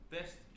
Best